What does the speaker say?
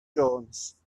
jones